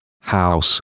house